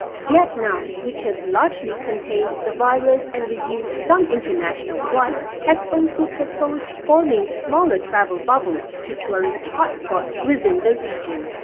vietnam, which has largely contained the virus and resumed some international flights, has also proposed forming smaller travel bubbles to tourist hotspots within the region.